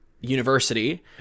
University